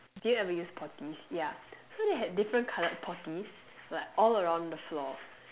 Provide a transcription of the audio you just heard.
do you ever use potties yeah so they had different colored potties like all around the floor